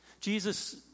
Jesus